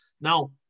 now